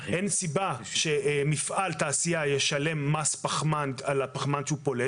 אין סיבה שמפעל תעשייה ישלם מס פחמן על הפחמן שהוא פולט